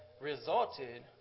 resulted